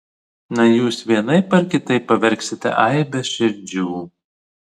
na jūs vienaip ar kitaip pavergsite aibes širdžių